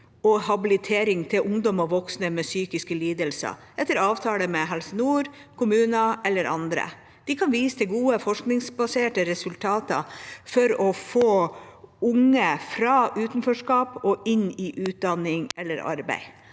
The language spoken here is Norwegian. og habilitering til ungdom og voksne med psykiske lidelser, etter avtale med Helse nord, kommuner eller andre. De kan vise til gode forskningsbaserte resultater for å få unge over fra utenforskap og inn i utdanning eller arbeid.